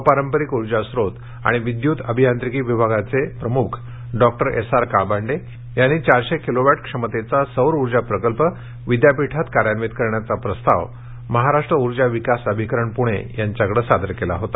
अपारंपरिक ऊर्जास्त्रोत आणि विद्यूत अभियांत्रिकी विभागाचे विभाग प्रमुख डॉ एस आर काळबांडे यांनी चारशे किलो क्षमतेचा सौर ऊर्जा प्रकल्प विद्यापीठात कार्यान्वित करण्याचा प्रस्ताव महाराष्ट्र ऊर्जा विकास अभिकरण पूणे येथे सादर केला होता